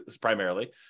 primarily